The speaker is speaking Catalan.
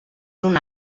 una